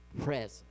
present